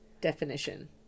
definition